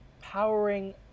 powering